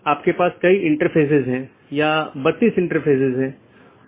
तो मैं AS1 से AS3 फिर AS4 से होते हुए AS6 तक जाऊँगा या कुछ अन्य पाथ भी चुन सकता हूँ